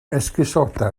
esgusoda